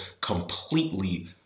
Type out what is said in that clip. completely